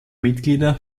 mitglieder